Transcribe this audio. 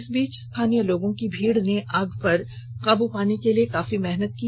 इस बीच स्थानीय लोगों की भीड़ ने आग पर काबू पाने के लिए काफी मेहनत की